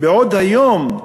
בעוד היום,